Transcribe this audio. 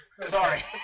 Sorry